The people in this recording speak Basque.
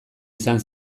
izan